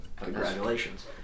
congratulations